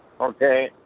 Okay